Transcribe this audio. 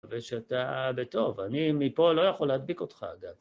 ושאתה בטוב, אני מפה לא יכול להדביק אותך, אגב.